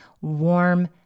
warm